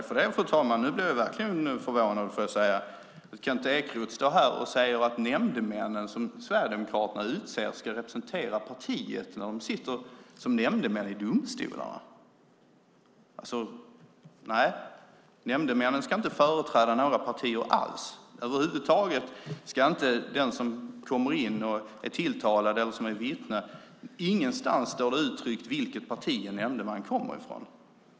Fru talman! Nu blev jag verkligen förvånad. Kent Ekeroth står här och säger att de nämndemän som Sverigedemokraterna utser ska representera partiet när de sitter som nämndemän i domstolarna. Nej, nämndemännen ska inte företräda några partier alls. Ingenstans står det uttryckt vilket parti en nämndeman kommer från.